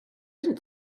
didn’t